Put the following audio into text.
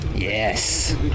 Yes